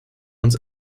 uns